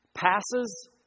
passes